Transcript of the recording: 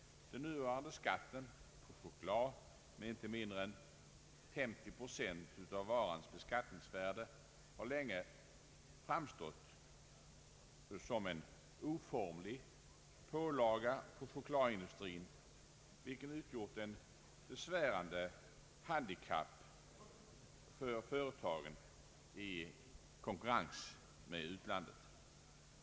Den nuvarande skatten på choklad med inte mindre än 50 procent av varans beskattningsvärde har länge framstått som en oformlig och hård pålaga för chokladindustrin och utgjort ett besvärande handikapp för företagen i konkurrensen med utlandet.